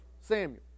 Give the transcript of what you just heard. Samuel